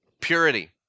purity